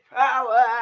power